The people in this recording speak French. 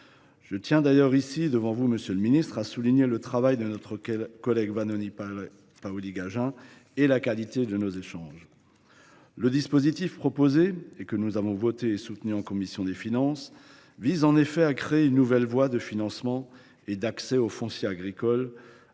Je tiens d’ailleurs à souligner ici, devant vous, monsieur le ministre, le travail de notre collègue Vanina Paoli Gagin et la qualité de nos échanges. Le dispositif proposé, que nous avons voté et soutenu en commission des finances, vise à créer une nouvelle voie de financement et d’accès au foncier agricole,